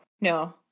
No